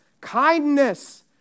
kindness